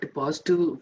positive